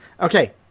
Okay